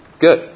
Good